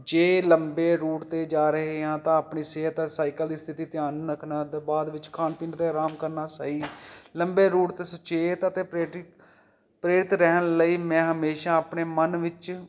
ਜੇ ਲੰਬੇ ਰੂਟ 'ਤੇ ਜਾ ਰਹੇ ਹਾਂ ਤਾਂ ਆਪਣੀ ਸਿਹਤ ਅ ਸਾਈਕਲ ਦੀ ਸਥਿਤੀ ਧਿਆਨ ਰੱਖਣਾ ਤੋਂ ਬਾਅਦ ਵਿੱਚ ਖਾਣ ਪੀਣ ਅਤੇ ਆਰਾਮ ਕਰਨਾ ਸਹੀ ਲੰਬੇ ਰੂਟ 'ਤੇ ਸੁਚੇਤ ਅਤੇ ਪਰੇਤ ਪ੍ਰੇਰਿਤ ਰਹਿਣ ਲਈ ਮੈਂ ਹਮੇਸ਼ਾ ਆਪਣੇ ਮਨ ਵਿੱਚ